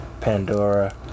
pandora